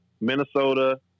Minnesota